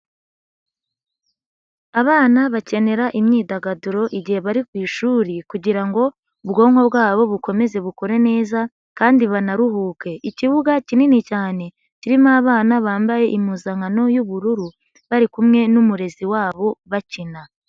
Abana bakenera imyidagaduro igihe bari ku ishuri kugira ngo ubwonko bwabo bukomeze bukore neza kandi banaruhuke. Ikibuga kinini cyane, kirimo abana bambaye impuzankano y'ubururu, bari kumwe n'umurezi wabo bakina.